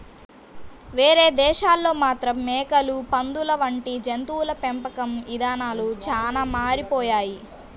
వేరే దేశాల్లో మాత్రం మేకలు, పందులు వంటి జంతువుల పెంపకం ఇదానాలు చానా మారిపోయాయి